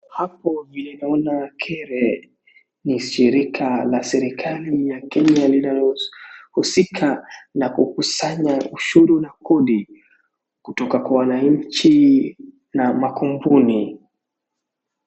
Hapo vile naona KRA ni shirika la serikali ya Kenya linalohusika na kukusanya ushuru la kundi kutoka kwa wananchi na makampuni.